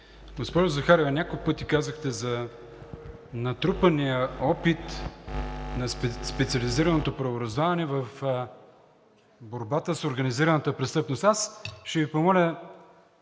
Госпожо Захариева, няколко пъти казахте за натрупания опит на специализираното правораздаване в борбата с организираната престъпност. Ще Ви помоля